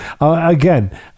again